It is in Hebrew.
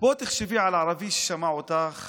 תחשבי על ערבי ששמע אותך